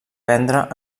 vendre